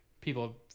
people